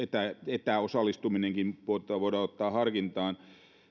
etäosallistuminenkin voidaan ottaa harkintaan